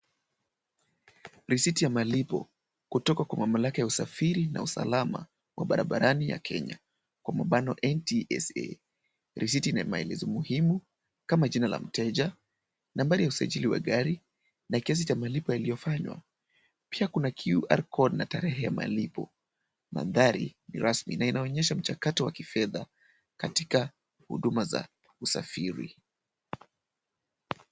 Risiti ya malipo kutoka kwa mamlaka ya usafiri na usalama wa barabarani ya Kenya kwa mabano NTSA. Risiti ina maelezo muhimu kama jina la mteja, nambari ya usajili wa gari na kiasi cha malipo yaliyofanywa pia kua QR code na tarehe ya malipo. Mandhari ni rasmi na inaonyesha mchakato wa kifedha katika huduma za usafiri.